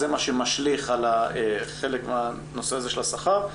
זה מה שמשליך על חלק מהנושא של השכר.